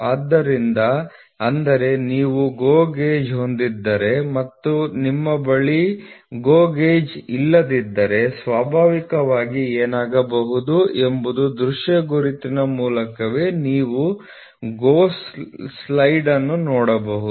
ಆದ್ದರಿಂದ ಅಂದರೆ ನೀವು GO ಗೇಜ್ ಹೊಂದಿದ್ದರೆ ಮತ್ತು ನಿಮ್ಮ ಬಳಿ GO ಗೇಜ್ ಇಲ್ಲದಿದ್ದರೆ ಸ್ವಾಭಾವಿಕವಾಗಿ ಏನಾಗಬಹುದು ಎಂಬುದು ದೃಶ್ಯ ಗುರುತಿನ ಮೂಲಕವೇ ನೀವು GO ಸೈಡ್ ಅನ್ನು ನೋಡಬಹುದು